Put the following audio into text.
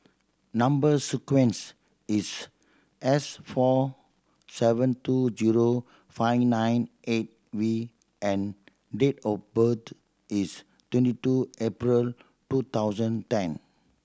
number sequence is S four seven two zero five nine eight V and date of birth is twenty two April two thousand ten